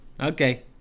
okay